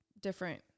different